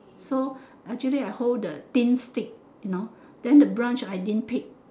so actually I hold the thin stick you know then the branch I didn't pick